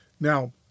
Now